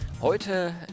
Heute